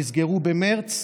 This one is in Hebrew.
נסגרו במרץ?